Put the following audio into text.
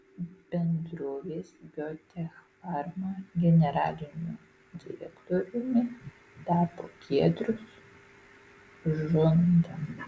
bendrovės biotechfarma generaliniu direktoriumi tapo giedrius žunda